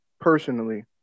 personally